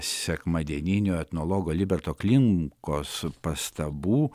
sekmadieninio etnologo liberto klimkos pastabų